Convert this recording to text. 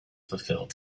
fulfilled